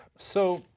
so,